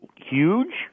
huge